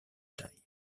taille